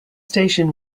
station